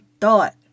thought